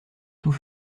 tout